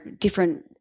different